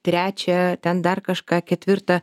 trečią ten dar kažką ketvirtą